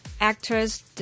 actors